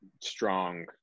strong